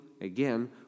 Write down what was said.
again